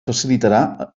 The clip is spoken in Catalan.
facilitarà